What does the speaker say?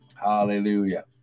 hallelujah